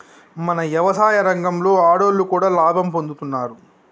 మన యవసాయ రంగంలో ఆడోళ్లు కూడా లాభం పొందుతున్నారు